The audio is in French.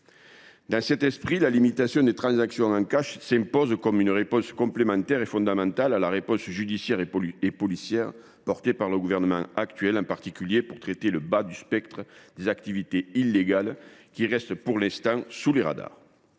Dans cet esprit, la limitation des transactions en cash s’impose comme une réponse complémentaire et fondamentale à l’action judiciaire et policière menée par le Gouvernement, en particulier pour traiter le bas du spectre des activités illégales, qui reste pour l’instant sous les radars.